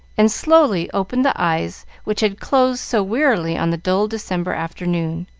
and slowly opened the eyes which had closed so wearily on the dull december afternoon.